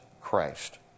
Christ